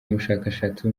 umushakashatsi